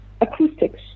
acoustics